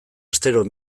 astero